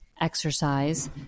exercise